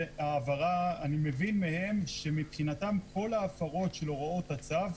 אני מבין מהם שמבחינתם כל ההפרות של הוראות הצו,